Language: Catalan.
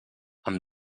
amb